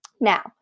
Now